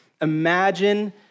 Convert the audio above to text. imagine